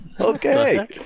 Okay